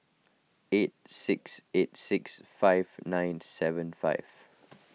eight six eight six five nine seven five